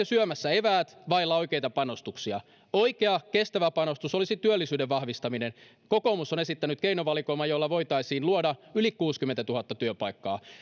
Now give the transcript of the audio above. syömässä eväät vailla oikeita panostuksia oikea kestävä panostus olisi työllisyyden vahvistaminen kokoomus on esittänyt keinovalikoiman jolla voitaisiin luoda yli kuusikymmentätuhatta työpaikkaa